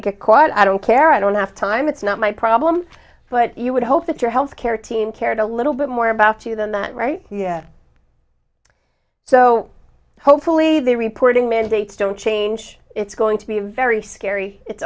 to get caught i don't care i don't have time it's not my problem but you would hope that your health care team cared a little bit more about you than that right so hopefully the reporting mandates don't change it's going to be very scary it's